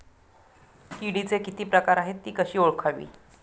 किडीचे किती प्रकार आहेत? ति कशी ओळखावी?